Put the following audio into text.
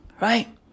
Right